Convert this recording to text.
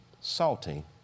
salting